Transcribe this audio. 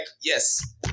Yes